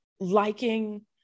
liking